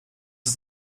ist